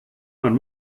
man